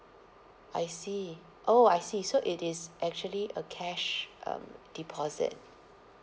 I see oh I see so it is actually a cash um deposit